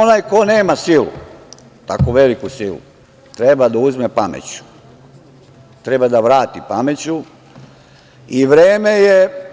Onaj ko nema silu, tako veliku silu, treba da uzme pameću, treba da vrati pameću i vreme je